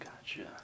Gotcha